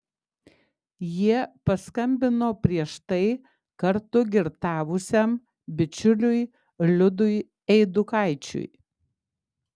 jie paskambino prieš tai kartu girtavusiam bičiuliui liudui eidukaičiui